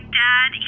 dad